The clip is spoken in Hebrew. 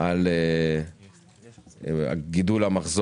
של 10% על גידול המחזור